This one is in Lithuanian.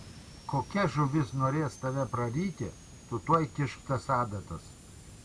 kokia žuvis norės tave praryti tu tuoj kišk tas adatas